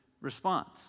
response